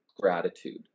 gratitude